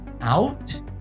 out